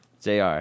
JR